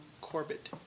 Corbett